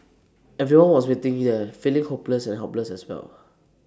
everyone was waiting here feeling hopeless and helpless as well